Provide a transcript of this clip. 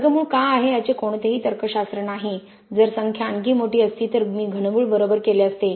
वर्गमूळ का आहे याचे कोणतेही तर्कशास्त्र नाही जर संख्या आणखी मोठी असती तर मी घनमूळ बरोबर केले असते